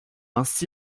ainsi